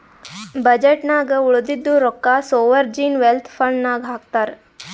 budget ನಾಗ್ ಉಳದಿದ್ದು ರೊಕ್ಕಾ ಸೋವರ್ಜೀನ್ ವೆಲ್ತ್ ಫಂಡ್ ನಾಗ್ ಹಾಕ್ತಾರ್